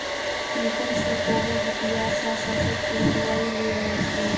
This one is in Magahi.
प्रीतम स कोहो हटिया स सरसों पिसवइ ले वस बो